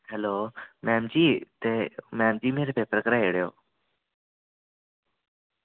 hello ते ma'am ji ma'am ji मेरे paper कराई ओड़ेओ